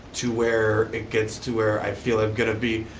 to where it gets to where i feel i'm gonna be,